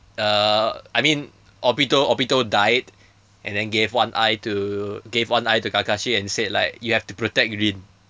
uh I mean obito obito died and then gave one eye to gave one eye to kakashi and said like you have to protect rin